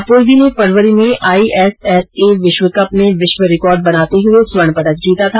अपूर्वी ने फरवरी में आईएसएसए विश्व कप में विश्व रिकार्ड बनाते हुए स्वर्ण पदक जीता था